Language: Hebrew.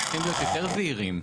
צריכים להיות יותר זהירים.